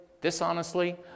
dishonestly